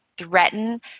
threaten